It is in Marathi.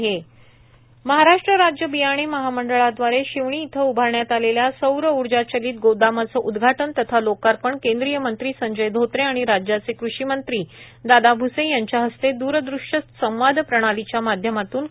सौर ऊर्जा चलित गोदाम महाराष्ट्र राज्य बियाणे महामंडळाद्वारे शिवणी इथं उभारण्यात आलेल्या सौर ऊर्जा चलित गोदामाचं उदघाटन तथा लोकार्पण केंद्रीय मंत्री संजय धोत्रे आणि राज्याचे कृषी मंत्री दादा भूसे यांच्या हस्ते द्रदृष्य संवाद प्रणालीच्या माध्यमातून करण्यात आलं